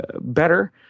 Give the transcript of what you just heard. better